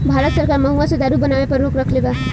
भारत सरकार महुवा से दारू बनावे पर रोक रखले बा